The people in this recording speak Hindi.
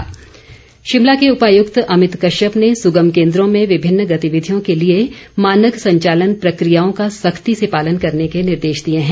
अमित कश्यप शिमला के उपायुक्त अमित कश्यप ने सुगम केन्द्रों में विभिन्न गतिविधियों के लिए मानक संचालन प्रकियाओं का सख्ती से पालन कैरने के निर्देश दिए हैं